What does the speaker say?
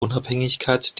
unabhängigkeit